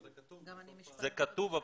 זה כתוב,